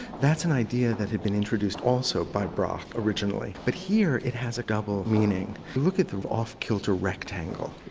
that's an idea that had been introduced also by braque, originally, but here, it has a double meaning. look at the off-kilter rectangle.